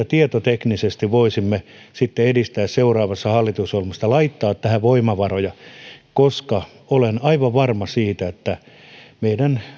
tietoteknisesti voisimme sitten seuraavassa hallitusohjelmassa tätä edistää laittaa tähän voimavaroja olen aivan varma siitä että kun meidän